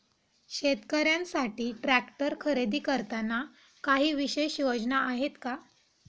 शेतकऱ्यांसाठी ट्रॅक्टर खरेदी करताना काही विशेष योजना आहेत का?